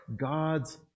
God's